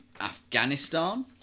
Afghanistan